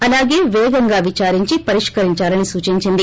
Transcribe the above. అలాగే పేగంగా విదారించి పరిష్కరించాలని సూచించింది